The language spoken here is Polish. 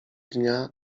dnia